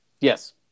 Yes